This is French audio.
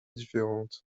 différente